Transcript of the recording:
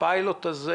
בפיילוט הזה,